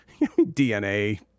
DNA